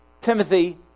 Timothy